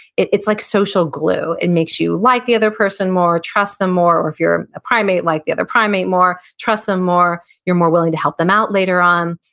it's like social glue. it makes you like the other person more, trust them more, or if you're a primate, like the other primate more, trust them more, you're more willing to help them out later on.